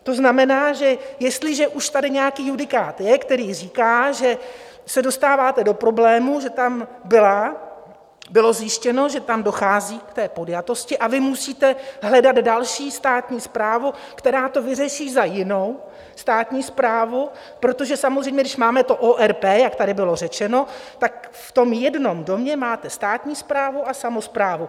To znamená, že jestliže už tady nějaký judikát je, který říká, že se dostáváte do problémů, že tam bylo zjištěno, že tam dochází k podjatosti a vy musíte hledat další státní správu, která to vyřeší za jinou státní správu, protože samozřejmě když máme ORP, jak tady bylo řečeno, tak v tom jednom domě máte státní správu a samosprávu.